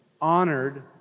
honored